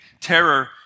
terror